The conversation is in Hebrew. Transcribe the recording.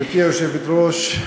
גברתי היושבת-ראש,